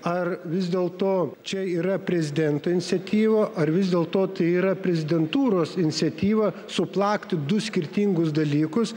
ar vis dėlto čia yra prezidento iniciatyva ar vis dėlto tai yra prezidentūros iniciatyva suplakti du skirtingus dalykus